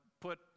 put